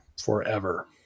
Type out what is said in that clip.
forever